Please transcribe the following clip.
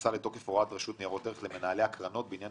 נכנסה לתוקף הוראת רשות ניירות ערך למנהלי הקרנות בעניין